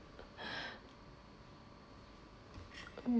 mm